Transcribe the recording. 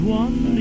one